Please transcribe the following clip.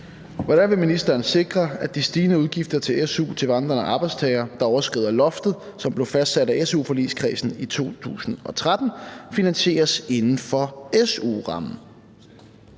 Hvordan vil ministeren sikre, at de stigende udgifter til su til vandrende arbejdstagere, der overskrider loftet, som blev fastsat af su-forligskredsen i 2013, finansieres inden for su-rammen?